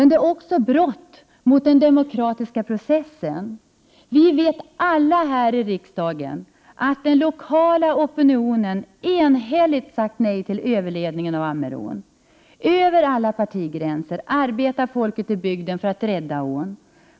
Det är också ett brott mot den demokratiska processen. Vi vet alla här i riksdagen att den lokala opinionen enhälligt har sagt nej till en överledning av Ammerån. Över alla partigränser arbetar folket i bygden för att rädda Ammerån.